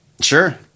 Sure